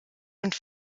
und